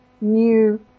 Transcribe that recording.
new